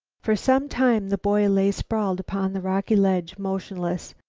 for some time the boy lay sprawled upon the rocky ledge motionless.